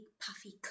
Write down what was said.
puffy